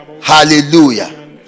Hallelujah